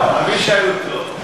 אבישי הוא טוב.